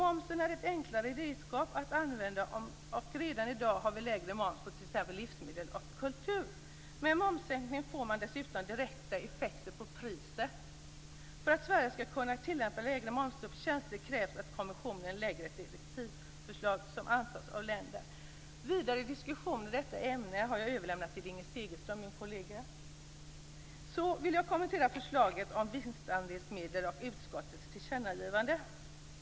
Momsen är ett enklare redskap att använda, och redan i dag har vi lägre moms på t.ex. livsmedel och kultur. Med en momssänkning får man dessutom direkta effekter på priset. För att Sverige skall kunna tillämpa lägre moms på tjänster krävs att kommissionen lägger fram ett direktivförslag som antas av alla länder. Vidare diskussion i detta ämne har jag överlämnat till min kollega Inger Segelström.